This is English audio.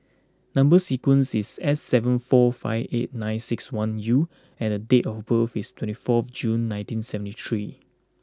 number sequence is S seven four five eight nine six one U and date of birth is twenty four June nineteen seventy three